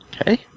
Okay